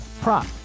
prop